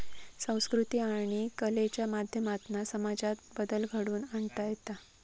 संकृती आणि कलेच्या माध्यमातना समाजात बदल घडवुन आणता येता